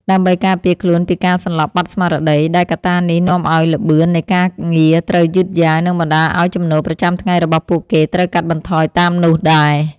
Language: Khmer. ដើម្បីការពារខ្លួនពីការសន្លប់បាត់ស្មារតី ដែលកត្តានេះនាំឱ្យល្បឿននៃការងារត្រូវយឺតយ៉ាវ និងបណ្តាលឱ្យចំណូលប្រចាំថ្ងៃរបស់ពួកគេត្រូវកាត់បន្ថយតាមនោះដែរ។